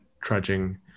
trudging